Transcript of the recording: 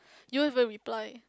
you haven't reply